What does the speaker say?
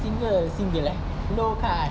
single single eh no cut